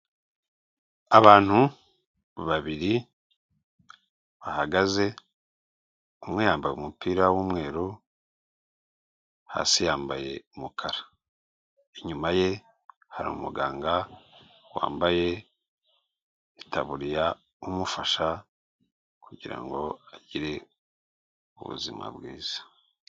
Abantu babiri bahagaze umwe yambaye umupira w'umweru hasi yambaye umukara, inyuma ye hari umuganga wambaye itaburiya umufasha kugira ngo agire ubuzima bwiza.